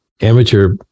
amateur